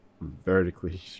vertically